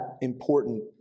important